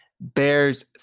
Bears